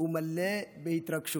מלא בהתרגשות.